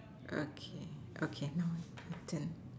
okay okay now your turn